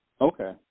Okay